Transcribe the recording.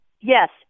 Yes